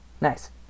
Nice